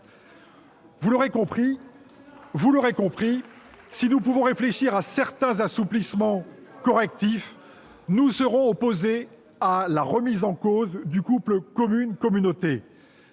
Vous l'aurez compris, si nous pouvons réfléchir à certains assouplissements correctifs, nous serons opposés à la remise en cause du couple communes-communauté.